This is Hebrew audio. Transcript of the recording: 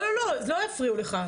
לא, לא יפריעו לך.